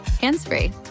hands-free